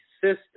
system